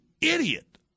idiot